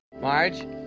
Marge